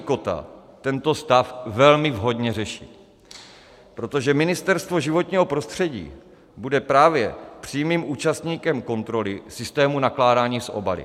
Kotta tento stav velmi vhodně řeší, protože Ministerstvo životního prostředí bude právě přímým účastníkem kontroly systému nakládání s obaly.